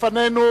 בפנינו